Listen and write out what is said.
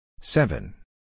Seven